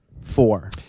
four